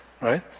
right